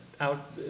out